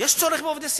יש צורך בעובדי סיעוד.